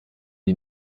die